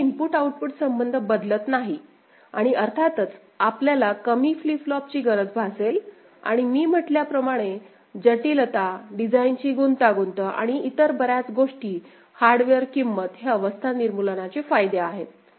तर हे input output संबंध बदलत नाही आणि अर्थातच आपल्याला कमी फ्लिप फ्लॉपची गरज भासेल आणि मी म्हटल्याप्रमाणे जटिलता डिझाइनची गुंतागुंत आणि इतर बर्याच गोष्टी हार्डवेअर किंमत हे अवस्था निर्मूलनाचे फायदे आहेत